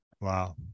wow